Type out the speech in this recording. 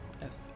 Yes